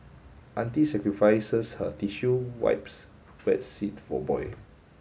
auntie sacrifices her tissue wipes wet seat for boy